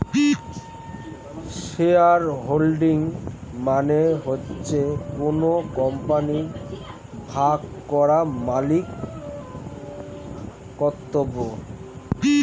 share holder মানে হচ্ছে কোন কোম্পানির ভাগ করা মালিকত্ব